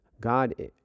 God